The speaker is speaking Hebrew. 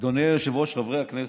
היושב-ראש, חברי הכנסת,